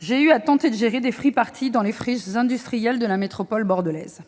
J'ai eu à tenter de gérer des free-parties dans les friches industrielles de la métropole bordelaise